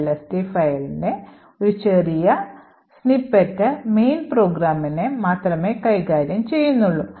lst ഫയലിന്റെ ഒരു ചെറിയ സ്നിപ്പെറ്റ് main പ്രോഗ്രാമിനെ മാത്രമേ കൈകാര്യം ചെയ്യുന്നുള്ളൂ